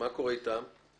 מה קורה איתם?